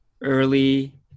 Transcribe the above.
early